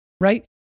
right